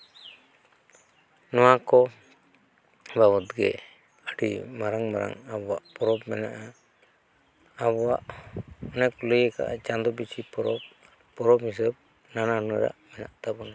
ᱱᱚᱣᱟ ᱠᱚ ᱵᱟᱵᱚᱫᱽ ᱜᱮ ᱟᱹᱰᱤ ᱢᱟᱨᱟᱝ ᱢᱟᱨᱟᱝ ᱟᱵᱚᱣᱟᱜ ᱯᱚᱨᱚᱵᱽ ᱢᱮᱱᱟᱜᱼᱟ ᱟᱵᱚᱣᱟᱜ ᱚᱱᱮ ᱠᱚ ᱞᱟᱹᱭ ᱟᱠᱟᱫ ᱪᱟᱸᱫᱚ ᱯᱤᱪᱷᱟᱹ ᱯᱚᱨᱚᱵᱽ ᱯᱚᱨᱚᱵᱽ ᱦᱤᱥᱟᱹᱵᱽ ᱱᱟᱱᱟᱼᱦᱩᱱᱟᱹᱨᱟᱜ ᱢᱮᱱᱟᱜ ᱛᱟᱵᱚᱱᱟ